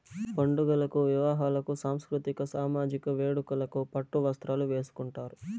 పండుగలకు వివాహాలకు సాంస్కృతిక సామజిక వేడుకలకు పట్టు వస్త్రాలు వేసుకుంటారు